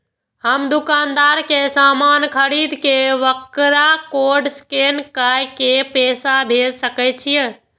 हम दुकानदार के समान खरीद के वकरा कोड स्कैन काय के पैसा भेज सके छिए?